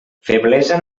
feblesa